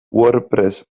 wordpress